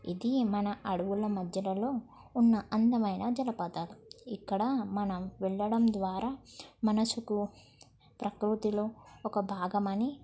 ఇది మన అడువుల మధ్యలలో ఉన్న అందమైన జలపాతాలు ఇక్కడ మనం వెళ్ళడం ద్వారా మనసుకు ప్రకృతిలో ఒక భాగమని